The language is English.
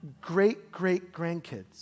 great-great-grandkids